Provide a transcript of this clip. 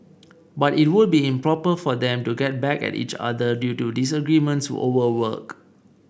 but it would be improper for them to get back at each other due to disagreements over work